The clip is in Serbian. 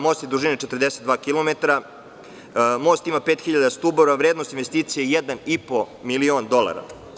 Most je dužine 42 kilometara, most ima 5.000 stubova, vrednost investicija 1,5 milion dolara.